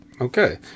Okay